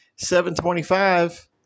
$7.25